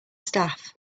staff